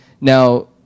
Now